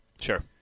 Sure